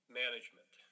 management